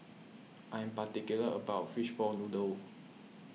I'm particular about Fishball Noodle